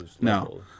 No